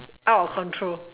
out of control